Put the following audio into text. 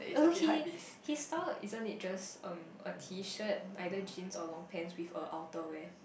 as in he his style isn't it just um a T shirt either jeans or long pants with a outerwear